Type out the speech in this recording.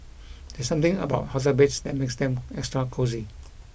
there's something about hotel beds that makes them extra cosy